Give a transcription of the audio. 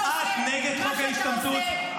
את נגד חוק ההשתמטות?